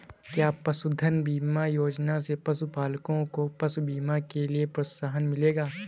क्या पशुधन बीमा योजना से पशुपालकों को पशु बीमा के लिए प्रोत्साहन मिलेगा?